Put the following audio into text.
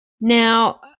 Now